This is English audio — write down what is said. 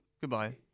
goodbye